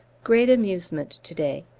great amusement to-day.